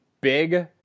big